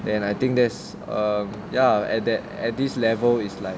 then I think that is um ya at that at this level is like